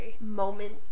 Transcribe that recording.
moment